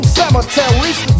cemeteries